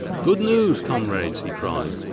good news, comrades he cried.